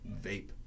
vape